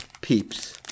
peeps